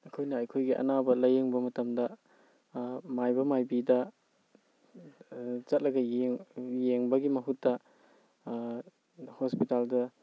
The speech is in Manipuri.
ꯑꯩꯈꯣꯏꯅ ꯑꯩꯈꯣꯏꯒꯤ ꯑꯅꯥꯕ ꯂꯥꯏꯌꯦꯡꯕ ꯃꯇꯝꯗ ꯃꯥꯏꯕ ꯃꯥꯏꯕꯤꯗ ꯆꯠꯂꯒ ꯌꯦꯡꯕꯒꯤ ꯃꯍꯨꯠꯇ ꯍꯣꯁꯄꯤꯇꯥꯜꯗ